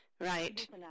Right